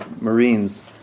Marines